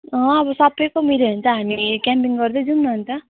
अँ अब सबैको मिल्यो भने त हामी क्याम्पिङ गर्दै जाउँ न अन्त